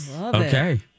Okay